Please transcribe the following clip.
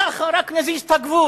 ככה, רק נזיז את הגבול.